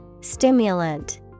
Stimulant